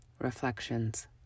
Reflections